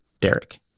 Derek